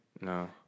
No